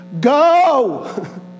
Go